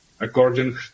according